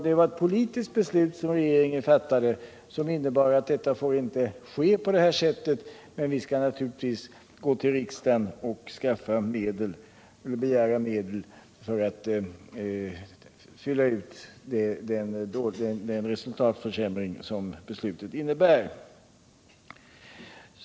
Det var ett politiskt beslut som regeringen fattade och som innebär att indragningar inte får ske på detta sätt. Men vi skall naturligtvis gå till riksdagen och begära medel för att kompensera den resultatförsämring som beslutet innebär.